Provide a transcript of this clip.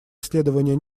исследование